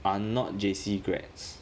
are not J_C grads